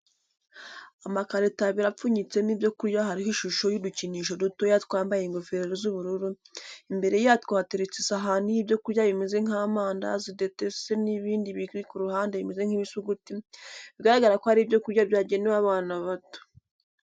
Amakarito abiri apfunyitsemo ibyo kurya hariho ishusho y'udukinisho dutoya twambaye ingofero z'ubururu, imbere yatwo hateretse isahani y'ibyo kurya bimeze nk'amandazi ndetese n'ibindi biri ku ruhande bimeze nk'ibisuguti, bigaragara ko ari ibyo kurya byagenewe abana bato.